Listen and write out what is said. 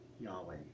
Yahweh